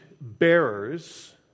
bearers